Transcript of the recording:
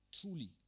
truly